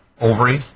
ovary